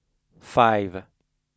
five